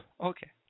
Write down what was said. Okay